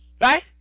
right